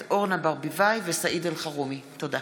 תודה.